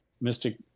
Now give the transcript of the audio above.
Mystic